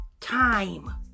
Time